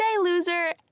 loser